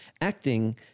acting